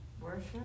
Worship